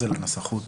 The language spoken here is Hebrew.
התשפ"ב 2022,